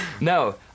no